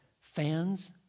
fans